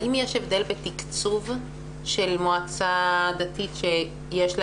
האם יש הבדל בתקצוב של מועצה דתית שיש לה